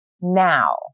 now